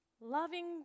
Loving